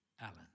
Alan